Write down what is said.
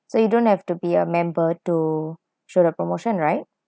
so you don't have to be a member to show the promotion right